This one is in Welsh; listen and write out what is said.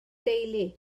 deulu